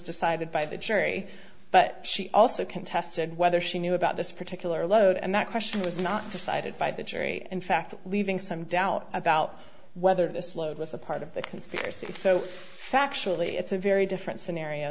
decided by the jury but she also contested whether she knew about this particular load and that question was not decided by the jury in fact leaving some doubt about whether this load was a part of the conspiracy so factually it's a very different scenario